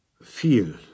Viel